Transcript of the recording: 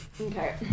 Okay